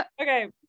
Okay